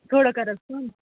تھوڑا کَر حظ کَم